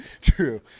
True